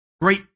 great